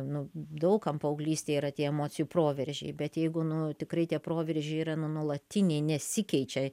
nu daug kam paauglystėj yra tie emocijų proveržiai bet jeigu nu tikrai tie proveržiai yra nu nuolatiniai nesikeičia